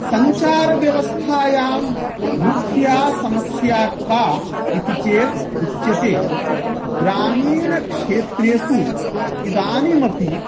सञ्चारव्यवस्थायां मुख्या समस्या का इति चेत् उच्यते ग्रामीणक्षेत्रेषु इदानीमपि